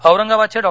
औरंगाबादचे डॉ